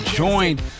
joined